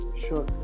Sure